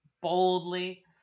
boldly